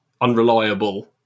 unreliable